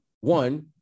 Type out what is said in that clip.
one